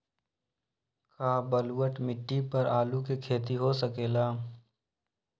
का बलूअट मिट्टी पर आलू के खेती हो सकेला?